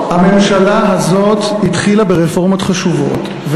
הממשלה הזאת התחילה ברפורמות חשובות,